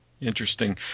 interesting